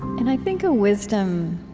and i think a wisdom